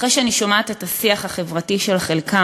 אחרי שאני שומעת את השיח החברתי של חלקם,